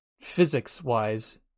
Physics-wise